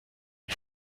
die